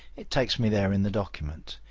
it takes me there in the document.